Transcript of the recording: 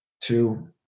two